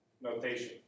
notation